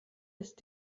ist